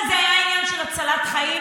כי זה היה עניין של הצלת חיים.